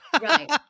Right